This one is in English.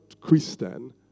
Christian